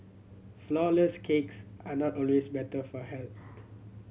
flourless cakes are not always better for health